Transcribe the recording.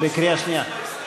אדוני היושב-ראש,